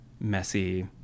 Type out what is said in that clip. messy